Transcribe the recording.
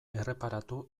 erreparatu